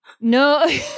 No